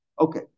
Okay